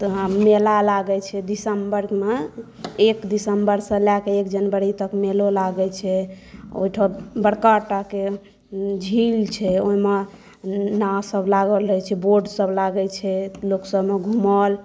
तऽ वहाँ मेला लागै छै दिसम्बरमे एक दिसम्बरसॅं लए कऽ एक जनवरी तक मेला लागै छै ओहिठाम बड़काटाके झील छै ओहिमे नावसभ लागल रहै छै बोटसभ लागै छै लोकसभ ओहिमे घूमल